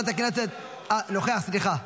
--- נוכח, סליחה.